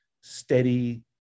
steady